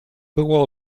było